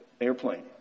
airplane